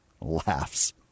laughs